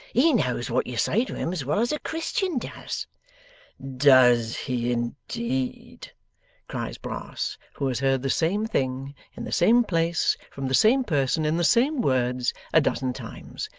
he knows what you say to him as well as a christian does does he indeed cries brass, who has heard the same thing in the same place from the same person in the same words a dozen times,